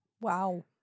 Wow